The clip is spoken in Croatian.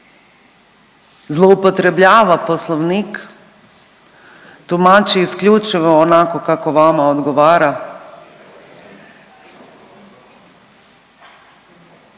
zloupotrebljava Poslovnik, tumači isključivo onako kako vama odgovara.